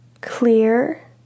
Clear